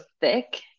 thick